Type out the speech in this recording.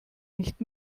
nicht